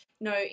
no